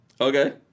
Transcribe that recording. Okay